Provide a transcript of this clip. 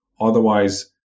Otherwise